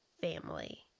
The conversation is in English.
family